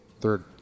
third